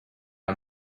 her